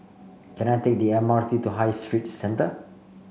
can I take the M R T to High Street Centre